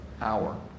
hour